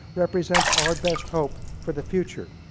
represents our best hope for the future.